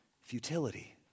Futility